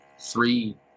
three